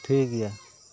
ᱴᱷᱤᱠ ᱜᱮᱭᱟ